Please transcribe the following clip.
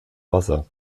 wasser